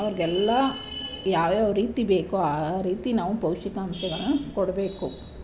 ಅವ್ರಿಗೆಲ್ಲ ಯಾವ್ಯಾವ ರೀತಿ ಬೇಕೋ ಆ ರೀತಿ ನಾವು ಪೌಷ್ಟಿಕಾಂಶಗಳನ್ನು ಕೊಡಬೇಕು